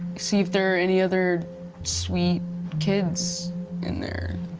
see if there are any other sweet kids in there.